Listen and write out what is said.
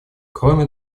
кроме